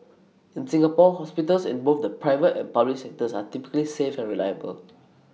in Singapore hospitals in both the private and public sectors are typically safe and reliable